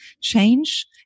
change